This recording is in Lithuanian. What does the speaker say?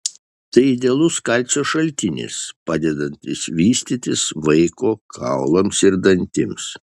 tai idealus kalcio šaltinis padedantis vystytis vaiko kaulams ir dantims